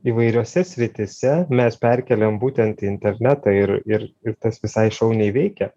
įvairiose srityse mes perkėlėm būtent į internetą ir ir ir tas visai šauniai veikia